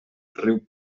riu